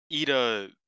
Ida